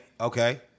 okay